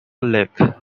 lake